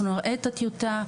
אנחנו נראה את הטיוטה,